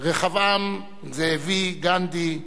רחבעם זאבי, גנדי,